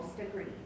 agreed